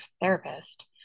therapist